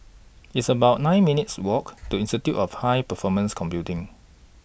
It's about nine minutes' Walk to Institute of High Performance Computing